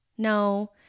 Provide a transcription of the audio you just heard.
No